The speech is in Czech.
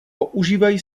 používají